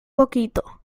poquito